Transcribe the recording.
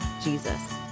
Jesus